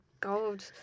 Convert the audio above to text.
God